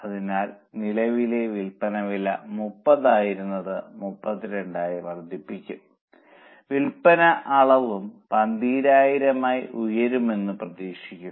അതിനാൽ നിലവിലെ വിൽപ്പന വില 30 ആയിരുന്നത് 32 ആയി വർദ്ധിപ്പിക്കും വിൽപ്പന അളവും 12000 ആയി ഉയരുമെന്ന് പ്രതീക്ഷിക്കുന്നു